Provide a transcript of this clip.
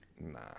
nah